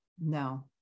No